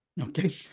Okay